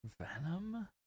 Venom